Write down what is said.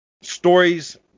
Stories